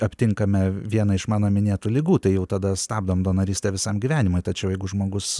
aptinkame vieną iš mano minėtų ligų tai jau tada stabdom donorystę visam gyvenimui tačiau jeigu žmogus